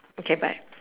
okay bye